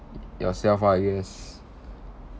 yourself ah yes